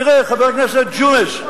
תראה, חבר הכנסת ג'ומס,